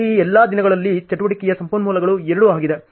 ಈ ಎಲ್ಲಾ ದಿನಗಳಲ್ಲಿ ಚಟುವಟಿಕೆಯ ಸಂಪನ್ಮೂಲಗಳು 2 ಆಗಿದೆ